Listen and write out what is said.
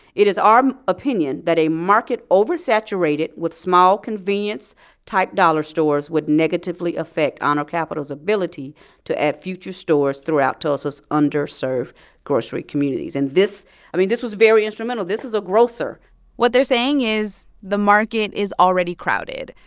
it is our opinion that a market oversaturated with small convenience-type dollar stores would negatively affect honor capital's ability to add future stores throughout tulsa's underserved grocery communities. and this i mean, this was very instrumental. this is a grocer what they're saying is the market is already crowded.